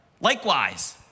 likewise